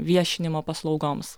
viešinimo paslaugoms